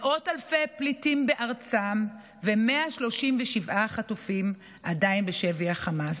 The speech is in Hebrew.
מאות אלפי פליטים בארצם ו-137 חטופים עדיין בשבי חמאס.